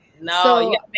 No